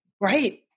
Right